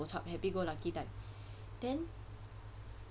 bo chap happy go lucky type then